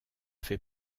fait